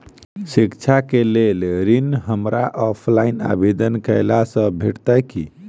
शिक्षा केँ लेल ऋण, हमरा ऑफलाइन आवेदन कैला सँ भेटतय की?